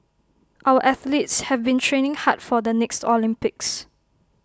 our athletes have been training hard for the next Olympics